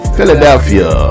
Philadelphia